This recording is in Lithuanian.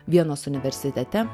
vienos universitete